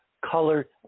color